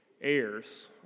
heirs